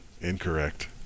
Incorrect